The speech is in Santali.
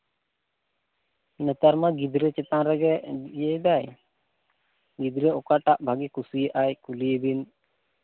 ᱱᱮᱛᱟᱨ ᱢᱟ ᱜᱤᱫᱽᱨᱟᱹ ᱪᱮᱛᱟᱱ ᱨᱮᱜᱮ ᱤᱭᱟᱹᱭ ᱫᱟᱭ ᱜᱤᱫᱽᱨᱟᱹ ᱚᱠᱟᱴᱟᱜ ᱵᱷᱟᱹᱜᱤ ᱠᱩᱥᱤᱭᱟᱜ ᱟᱭ ᱠᱩᱞᱤᱭᱮᱵᱤᱱ